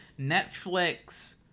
netflix